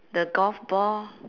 the golf ball